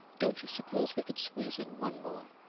don't you suppose we could squeeze in one more?